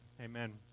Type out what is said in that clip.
amen